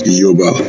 yoba